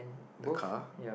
the car